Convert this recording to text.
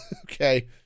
okay